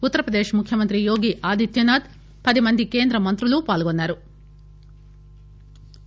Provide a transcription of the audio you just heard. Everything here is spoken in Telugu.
ఉత్తరప్రదేశ్ ముఖ్యమంత్రి యోగి ఆదిత్యానాథ్ పది మంది కేంద్ర మంత్రులు పాల్గొన్నారు